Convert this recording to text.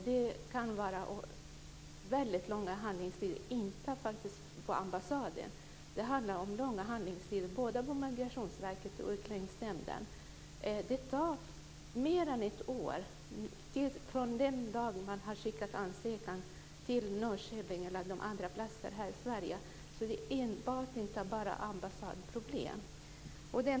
Det kan vara väldigt långa handläggningstider, inte på ambassaderna, utan på Migrationsverket och Utlänningsnämnden. Det tar mer än ett år från den dag man har skickat ansökan till Norrköping eller de andra platserna här i Sverige. Det är inte enbart ett ambassadproblem.